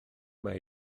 mae